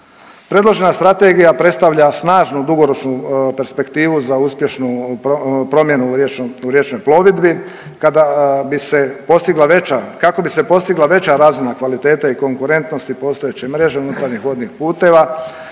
Predložena Strategija predstavlja snažnu dugoročnu perspektivu za uspješnu promjenu u riječnoj plovidbi, kada bi se postigla veća, kako bi se postigla veća razina kvalitete i konkurentnosti postojeće mreže unutarnjih vodnih puteva,